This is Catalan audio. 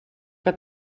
que